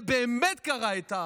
זה באמת קרע את העם.